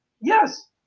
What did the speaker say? Yes